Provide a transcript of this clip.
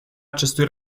acestui